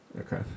Okay